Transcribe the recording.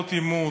לעוד עימות.